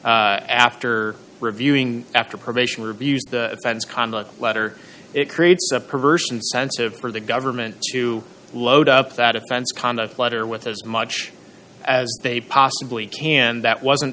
after reviewing after probation reviews the offense conduct letter it creates a perverse incentive for the government to load up that offense conduct letter with as much as they possibly can that wasn't